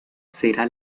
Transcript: será